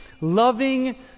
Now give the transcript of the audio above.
loving